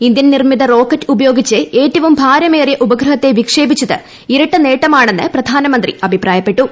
Indian നിർമ്മിത rocket ഉപയോഗിച്ച് ഏറ്റവും ഭാരമേറിയ ഉപഗ്രഹത്തെ വിക്ഷേപിച്ചത് ഇരട്ട നേട്ടമാണെന്ന് പ്രധാനമന്ത്രി അഭിപ്രായപ്പെട്ടു